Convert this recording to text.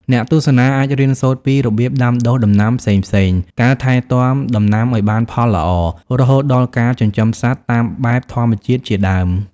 អ្នកទស្សនាអាចរៀនសូត្រពី របៀបដាំដុះដំណាំផ្សេងៗ ការថែទាំដំណាំឱ្យបានផលល្អ រហូតដល់ការចិញ្ចឹមសត្វ តាមបែបធម្មជាតិជាដើម។